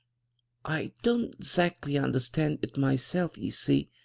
i don't zactly understand it myself, you see,